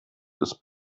ist